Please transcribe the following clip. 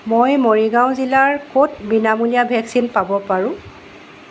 মই মৰিগাঁও জিলাৰ ক'ত বিনামূলীয়া ভেকচিন পাব পাৰোঁ